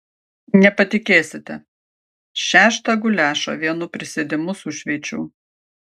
nepatikėsite šeštą guliašą vienu prisėdimu sušveičiau